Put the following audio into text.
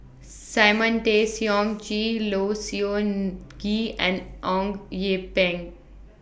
Simon Tay Seong Chee Low Siew Nghee and Eng Yee Peng